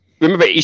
Remember